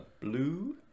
Blue